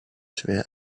schwer